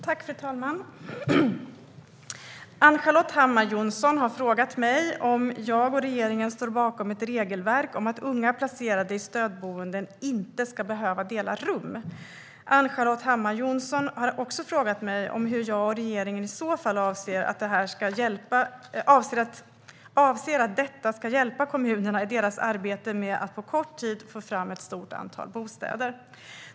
Fru talman! Ann-Charlotte Hammar Johnsson har frågat mig om jag och regeringen står bakom ett regelverk om att unga placerade i stödboenden inte ska behöva dela rum. Ann-Charlotte Hammar Johnsson har även frågat mig hur jag och regeringen i så fall avser att detta ska hjälpa kommunerna i deras arbete med att på kort tid få fram ett stort antal bostäder.